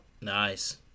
Nice